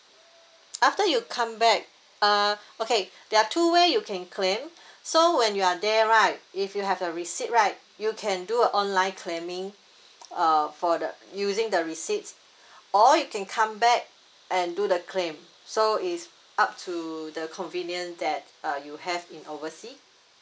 after you come back uh okay there are two way you can claim so when you are there right if you have the receipt right you can do online claiming uh for the using the receipt or you can come back and do the claim so it's up to the convenient that uh you have in overseas